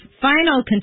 final